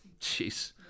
Jeez